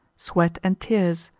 sweat and tears.